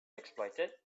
exploited